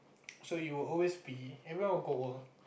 so you will also be everyone will grow old